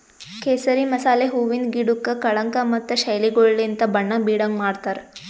ಕೇಸರಿ ಮಸಾಲೆ ಹೂವಿಂದ್ ಗಿಡುದ್ ಕಳಂಕ ಮತ್ತ ಶೈಲಿಗೊಳಲಿಂತ್ ಬಣ್ಣ ಬೀಡಂಗ್ ಮಾಡ್ತಾರ್